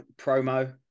promo